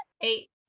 eight